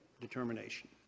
determination